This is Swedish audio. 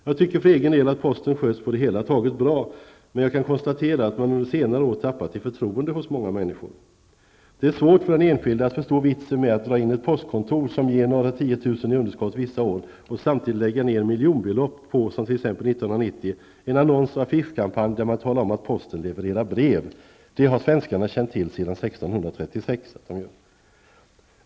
Jag tycker för egen del att posten sköts på det hela taget bra, men jag kan konstatera att man under senare år tappat förtroende hos många människor. Det är svårt för den enskilde att förstå vitsen med att dra in ett postkontor som ger några tiotusen i underskott vissa år och samtidigt lägger ned miljonbelopp på en annons och affischkampanj, som gjordes 1990, där man talar om att posten levererar brev -- det har svenskarna känt till sedan 1636.